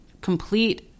complete